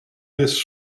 this